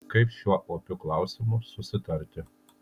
kaip šiuo opiu klausimu susitarti